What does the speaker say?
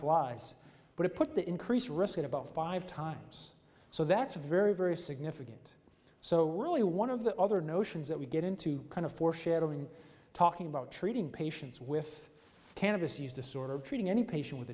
flies but it put the increased risk at about five times so that's a very very significant so really one of the other notions that we get into kind of foreshadowing talking about treating patients with cannabis use disorder treating any patient with